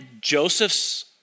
Joseph's